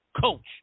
coach